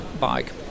bike